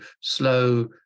slow